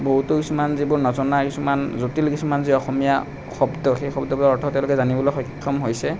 বহুতো কিছুমান যিবোৰ নজনা কিছুমান জটিল কিছুমান যে অসমীয়া শব্দ সেই শব্দবোৰৰ অৰ্থ তেওঁলোকে জানিবলৈ সক্ষম হৈছে